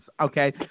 Okay